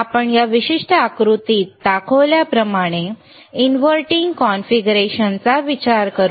आपण या विशिष्ट आकृतीत दाखवल्याप्रमाणे इनव्हर्टिंग कॉन्फिगरेशनचा विचार करूया